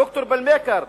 ד"ר בלמקר,